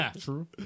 true